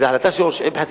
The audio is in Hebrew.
זו החלטה של ראש עיר,